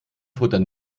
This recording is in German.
futtern